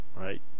right